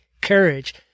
courage